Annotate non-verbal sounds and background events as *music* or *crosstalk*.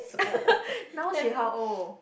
*laughs* now she how old